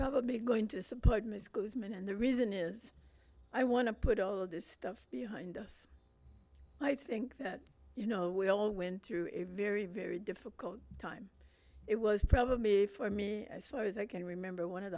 probably going to support ms guzman and the reason is i want to put all this stuff behind us i think that you know we all went through a very very difficult time it was probably for me as far as i can remember one of